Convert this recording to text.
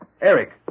Eric